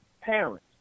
parents